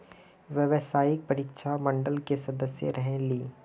व्यावसायिक परीक्षा मंडल के सदस्य रहे ली?